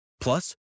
Plus